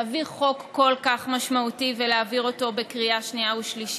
להביא חוק כל כך משמעותי ולהעביר אותו בקריאה שנייה ושלישית.